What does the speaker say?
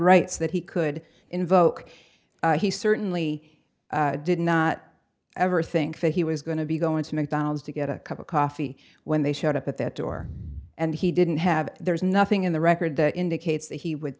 rights that he could invoke he certainly did not ever think that he was going to be going to mcdonald's to get a cup of coffee when they showed up at their door and he didn't have there's nothing in the record that indicates that he would